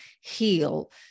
heal